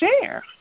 share